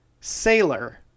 sailor